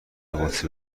قدسی